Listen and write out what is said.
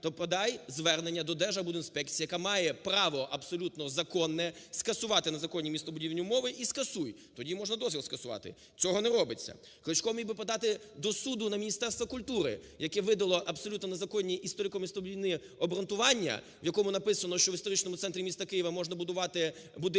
то подай звернення до Держархбудінспекції, яка має право абсолютно законне скасувати незаконні містобудівні умови і скасуй, тоді можна дозвіл скасувати – цього не робиться. Кличко міг би подати до суду на Міністерство культури, яке видало абсолютно незаконні історико-містобудівні обґрунтування, в якому написано, що в історичному центрі міста Києва можна будувати будинки